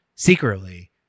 secretly